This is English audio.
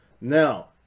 Now